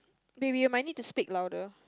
wait we might need to speak louder